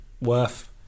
worth